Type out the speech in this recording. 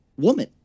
Woman